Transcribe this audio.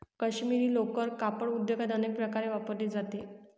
काश्मिरी लोकर कापड उद्योगात अनेक प्रकारे वापरली जाते